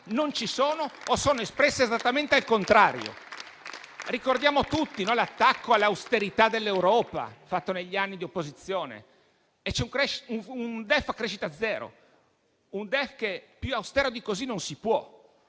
non c'è, o è espresso esattamente al contrario. Ricordiamo tutti l'attacco all'austerità dell'Europa fatto negli anni di opposizione e c'è un DEF a crescita zero, un DEF che più austero di così non si può.